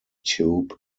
tube